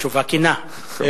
תשובה כנה.